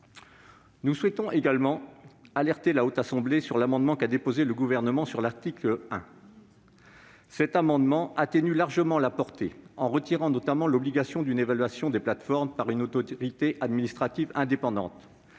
Nous souhaitons par ailleurs alerter la Haute Assemblée de l'amendement qu'a déposé le Gouvernement sur l'article 1. Cet amendement tend à atténuer largement la portée de cet article, notamment en retirant l'obligation d'une évaluation des plateformes par une autorité administrative indépendante